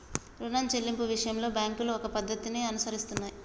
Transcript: రుణం చెల్లింపు విషయంలో బ్యాంకులు ఒక పద్ధతిని అనుసరిస్తున్నాయి